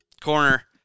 corner